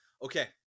Okay